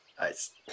Nice